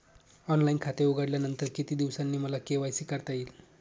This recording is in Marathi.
ऑनलाईन खाते उघडल्यानंतर किती दिवसांनी मला के.वाय.सी करता येईल?